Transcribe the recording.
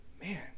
Man